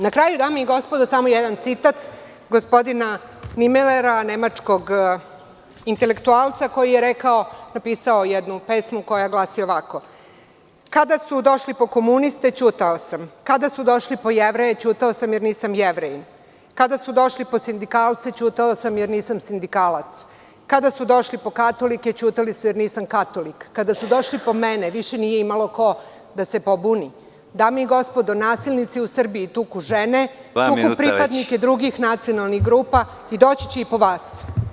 Na kraju, dame i gospodo, samo jedan citat gospodina Nimilera, nemačkog intelektualca koji je rekao, napisao je jednu pesmu koja glasi ovako: „Kada su došli po komuniste, ćutao sam, kada su došli po Jevreje, ćutao sam, jer nisam Jevrejin, kada su došli po sindikalce, ćutao sam jer nisam sindikalac, kada su došli po katolike, ćutao sam, jer nisam katolik, kada su došli po mene više nije imalo ko da se pobuni.“ Dame i gospodo, nasilnici u Srbiji tuku žene, tuku pripadnike drugih nacionalnih grupa i doći će i po vas.